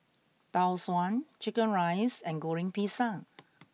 Tau Suan Chicken Rice and Goreng Pisang